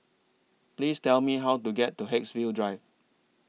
Please Tell Me How to get to Haigsville Drive